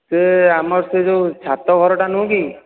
ସେ ଆମର ସେ ଯେଉଁ ଛାତ ଘରଟା ନୁହଁ କି